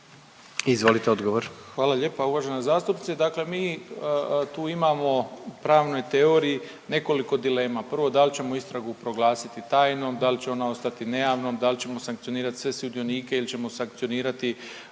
Ivan (HDZ)** Hvala lijepa uvažena zastupnice. Dakle, mi tu imamo u pravnoj teoriji nekoliko dilema. Prvo da li ćemo istragu proglasiti tajnom, da li će ona ostati nejavnom, da li ćemo sankcionirati sve sudionike ili ćemo sankcionirati,